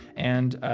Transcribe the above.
and,